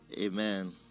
Amen